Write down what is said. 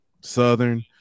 Southern